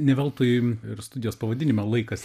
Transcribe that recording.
ne veltui ir studijos pavadinime laikas